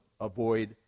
avoid